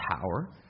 power